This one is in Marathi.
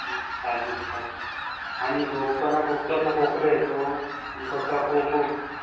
चालेल चालेल आणि झोपताना फक्त असा खोकला येतो कसा खो खूप